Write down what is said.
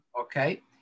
Okay